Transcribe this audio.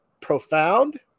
profound